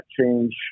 change